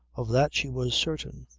of that she was certain.